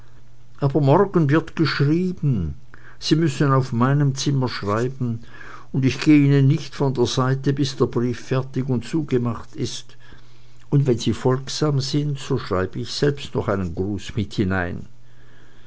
aber morgen wird geschrieben sie müssen auf meinem zimmer schreiben und ich geh ihnen nicht von der seite bis der brief fertig und zugemacht ist und wenn sie folgsam sind so schreib ich selbst noch einen gruß mit hinein